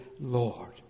Lord